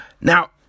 Now